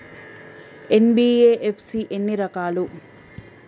NBFC ఎన్ని రకాలు?